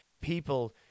people